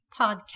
Podcast